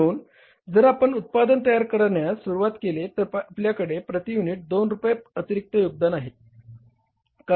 म्हणून जर आपण उत्पादन तयार करण्यास सुरुवात केले तर आपल्याकडे प्रति युनिट 2 रुपये अतिरिक्त योगदान आहेत